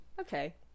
okay